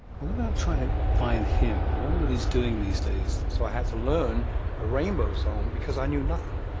what about trying to find him? i wonder what he is doing these days. and so sol had to learn a rainbow song because i knew nothing.